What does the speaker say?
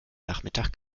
nachmittag